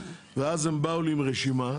ואז הם באו עם רשימה,